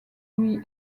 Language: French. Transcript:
lui